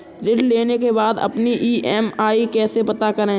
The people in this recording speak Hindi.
ऋण लेने के बाद अपनी ई.एम.आई कैसे पता करें?